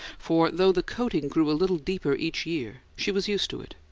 for though the coating grew a little deeper each year she was used to it.